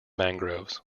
mangroves